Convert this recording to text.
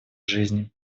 жизни